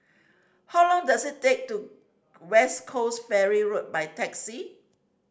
how long does it take to West Coast Ferry Road by taxi